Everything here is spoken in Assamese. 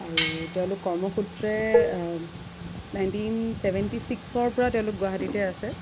আৰু তেওঁলোক কৰ্মসূত্ৰে নাইণ্টিন ছেভেণ্টি ছিক্সৰ পৰা তেওঁলোক গুৱাহাটীতে আছে